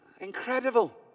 Incredible